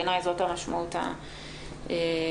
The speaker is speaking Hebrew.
בעיניי זאת המשמעות האמיתית.